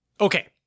okay